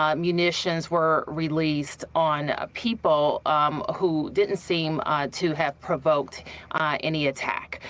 um munitions were released on ah people um ah who didn't seem ah to have provoked any attack.